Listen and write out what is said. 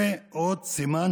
זה עוד סימן,